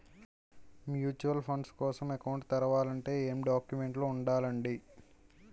Mutual fund కోసం account తెరవాలంటే ఏమేం డాక్యుమెంట్లు ఉండాలండీ?